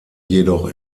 jedoch